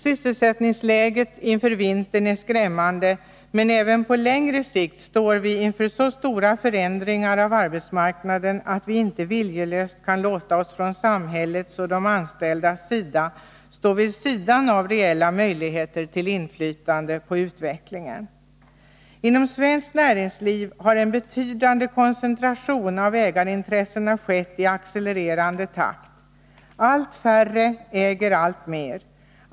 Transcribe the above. Sysselsättningsläget inför vintern är skrämmande, men även på längre sikt står vi inför så stora förändringar på arbetsmarknaden att vi inte viljelöst kan låta oss från samhällets och de anställdas sida stå vid sidan av reella möjligheter till inflytande på utvecklingen. Inom svenskt näringsliv har en betydande koncentration av ägarintressena skett i accelererande takt. Allt färre äger allt mer.